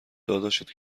داداشت